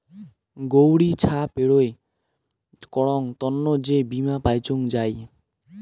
গৌড়ি ছা পেরোয় করং তন্ন যে বীমা পাইচুঙ যাই